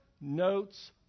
notes